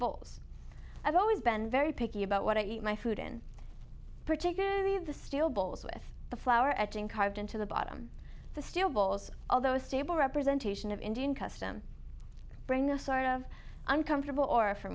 bowls i've always been very picky about what i eat my food in particularly the steel bowls with the flour edging carved into the bottom the still bowls although a stable representation of indian custom bring a sort of uncomfortable or for